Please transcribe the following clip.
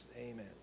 Amen